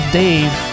dave